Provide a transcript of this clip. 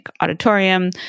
auditorium